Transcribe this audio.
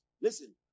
Listen